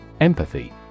Empathy